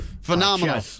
phenomenal